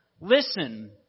listen